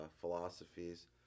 philosophies